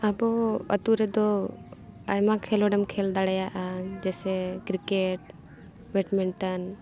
ᱟᱵᱚ ᱟᱛᱳ ᱨᱮᱫᱚ ᱟᱭᱢᱟ ᱠᱷᱮᱞᱳᱰᱮᱢ ᱠᱷᱮᱞ ᱫᱟᱲᱮᱭᱟᱜᱼᱟ ᱡᱮᱭᱥᱮ ᱠᱨᱤᱠᱮᱴ ᱵᱮᱴᱢᱤᱱᱴᱚᱱ